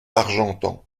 argentan